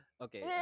Okay